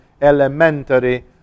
Elementary